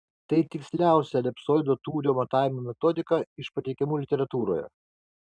tai tiksliausia elipsoido tūrio matavimo metodika iš pateikiamų literatūroje